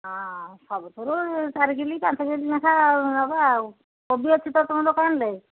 ହଁ ସବୁଥିରୁ ଚାରି କିଲୋ ପାଞ୍ଚ କିଲୋ ଲେଖା ନେବା ଆଉ କୋବି ଅଛି ତମ ଦୋକାନରେ